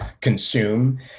consume